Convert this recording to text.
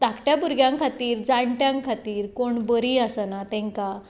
धाकट्या भुरग्यां खातीर जाणट्यां खातीर कोण बरी आसना तेंका